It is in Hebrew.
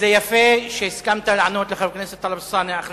זה יפה שהסכמת לענות לחבר הכנסת טלב אלסאנע,